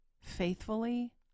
faithfully